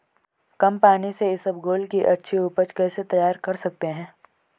कम पानी से इसबगोल की अच्छी ऊपज कैसे तैयार कर सकते हैं?